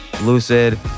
lucid